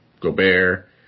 Gobert